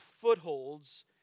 footholds